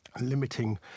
limiting